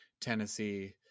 Tennessee